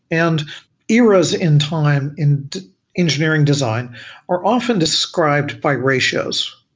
and eras in time in engineering design are often described by ratios.